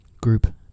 group